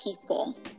people